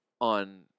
on